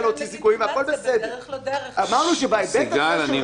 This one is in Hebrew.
אין בעיה.